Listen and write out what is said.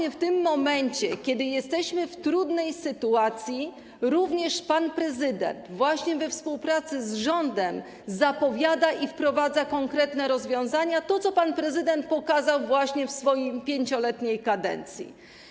I w tym momencie, kiedy jesteśmy w trudnej sytuacji, również pan prezydent, właśnie we współpracy z rządem, zapowiada i wprowadza konkretne rozwiązania, to, co pan prezydent pokazał właśnie w swojej 5-letniej kadencji.